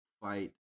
fight